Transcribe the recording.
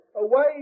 away